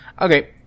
Okay